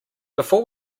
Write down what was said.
before